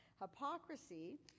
hypocrisy